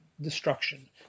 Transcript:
destruction